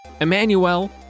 Emmanuel